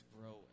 grow